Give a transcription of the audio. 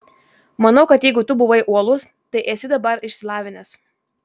manau kad jeigu tu buvai uolus tai esi dabar išsilavinęs